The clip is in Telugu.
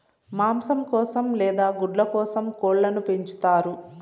మాంసం కోసం లేదా గుడ్ల కోసం కోళ్ళను పెంచుతారు